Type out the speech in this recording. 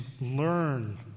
learn